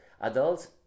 adults